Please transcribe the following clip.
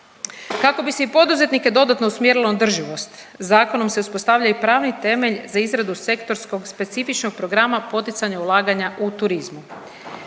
Kako bi se i poduzetnike dodatno usmjerilo na održivost, zakonom se uspostavlja i pravni temelj za izradu sektorskog specifičnog programa poticanja ulaganja u turizmu.